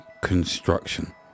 construction